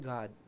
God